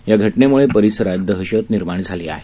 या घ नेम्ळे परिसरात दहशत निर्माण झाली आहे